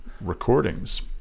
Recordings